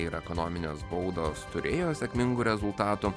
ir ekonominės baudos turėjo sėkmingų rezultatų